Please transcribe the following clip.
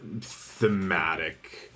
thematic